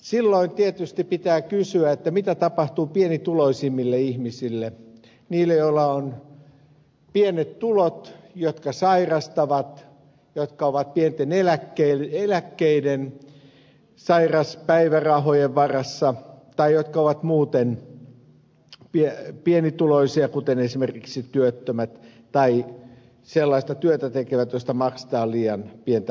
silloin tietysti pitää kysyä mitä tapahtuu pienituloisimmille ihmisille niille joilla on pienet tulot jotka sairastavat jotka ovat pienten eläkkeiden sairauspäivärahojen varassa tai jotka ovat muuten pienituloisia kuten esimerkiksi työttömät tai sellaista työtä tekevät josta maksetaan liian pientä palkkaa